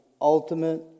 ultimate